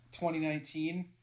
2019